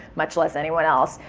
much less anyone else,